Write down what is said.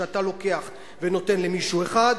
כשאתה לוקח ונותן למישהו אחד,